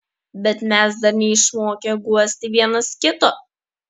bet mes dar neišmokę guosti vienas kito